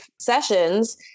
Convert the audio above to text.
sessions